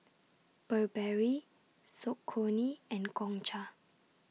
Burberry Saucony and Gongcha